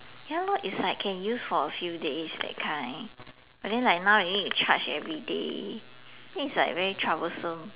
ya lor it's like can use for a few days that kind but then like now you need to charge everyday then it's like very troublesome